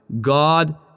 God